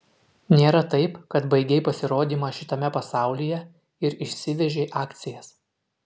nėra taip kad baigei pasirodymą šitame pasaulyje ir išsivežei akcijas